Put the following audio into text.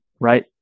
right